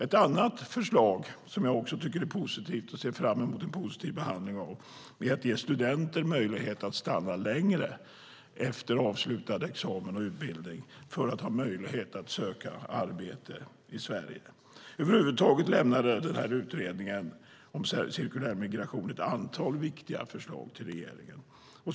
Ett annat förslag som jag också tycker är positivt och ser fram emot en positiv behandling av är att ge studenter möjlighet att stanna längre efter avslutad examen och utbildning för att söka arbete i Sverige. Över huvud taget lämnade utredningen om cirkulär migration ett antal viktiga förslag till regeringen.